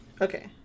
Okay